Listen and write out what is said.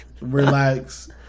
Relax